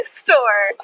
store